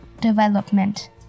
development